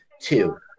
two